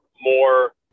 more